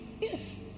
Yes